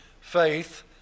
faith